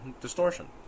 distortion